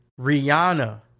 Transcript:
Rihanna